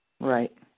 Right